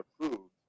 approved